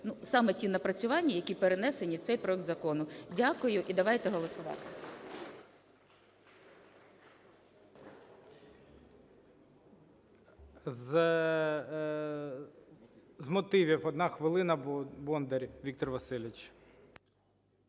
саме ті напрацювання, які перенесені в цей проект закону, дякую і давайте голосувати.